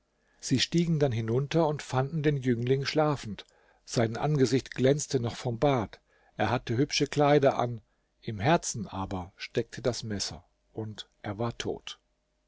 sie stiegen dann hinunter und fanden den jüngling schlafend sein angesicht glänzte noch vom bad er hatte hübsche kleider an im herzen aber steckte das messer und er war tot